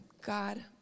God